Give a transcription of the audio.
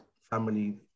family